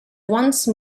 once